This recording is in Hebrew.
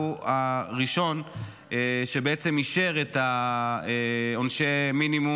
שהוא הראשון שבעצם אישר את עונשי המינימום